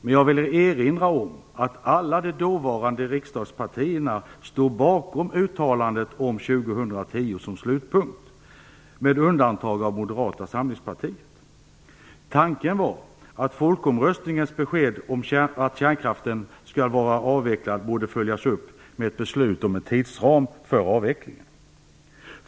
Men jag vill erinra om att alla de dåvarande riksdagspartierna stod bakom uttalandet om 2010 som slutpunkt, med undantag av Moderata samlingspartiet. Tanken var att folkomröstningens besked om att kärnkraften skall avvecklas borde följas upp med ett beslut om en tidsram för avvecklingen.